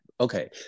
okay